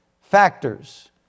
factors